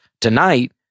tonight